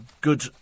good